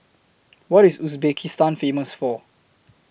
What IS Uzbekistan Famous For